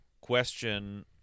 question